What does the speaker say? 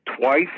twice